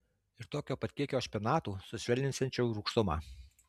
ir tokio pat kiekio špinatų sušvelninsiančių rūgštumą